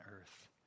earth